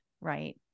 right